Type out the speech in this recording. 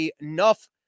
enough